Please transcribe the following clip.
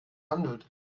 handelt